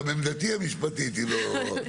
גם עמדתי המשפטית היא לא,